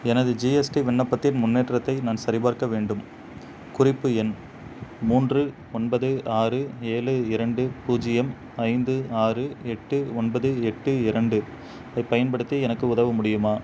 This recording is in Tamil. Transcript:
எனது ஜிஎஸ்டி விண்ணப்பத்தின் முன்னேற்றத்தை நான் சரிபார்க்க வேண்டும் குறிப்பு எண் மூன்று ஒன்பது ஆறு ஏழு இரண்டு பூஜ்ஜியம் ஐந்து ஆறு எட்டு ஒன்பது எட்டு இரண்டு ஐப் பயன்படுத்தி எனக்கு உதவ முடியுமா